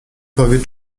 powie